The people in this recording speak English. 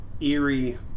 eerie